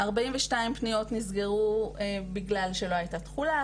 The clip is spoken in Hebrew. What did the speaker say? כ-42 פניות נסגרו בגלל שלא הייתה תכולה,